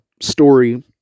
story